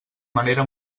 manera